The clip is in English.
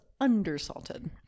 undersalted